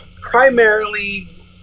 primarily